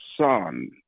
Son